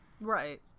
Right